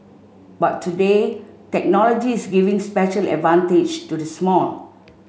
but today technology is giving special advantage to the small